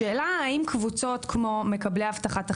השאלה האם קבוצות כמו מקבלי הבטחת הכנסה,